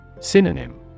Synonym